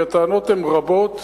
כי הטענות הן רבות,